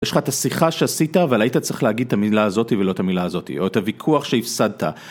יש לך את השיחה שעשית, אבל היית צריך להגיד את המילה הזאת ולא את המילה הזאת, או את הוויכוח שהפסדת.